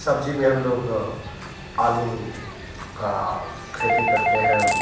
सब्ज़ी में हम लोग आलू की खेती करते हैं